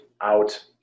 out